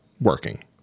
working